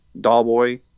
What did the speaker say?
Dollboy